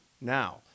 Now